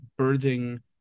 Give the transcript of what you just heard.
birthing